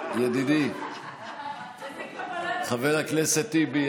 ידידי חבר הכנסת טיבי,